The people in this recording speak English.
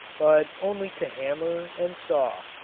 but only to hammer, and saw,